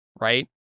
right